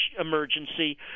emergency